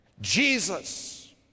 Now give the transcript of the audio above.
Jesus